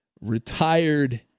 retired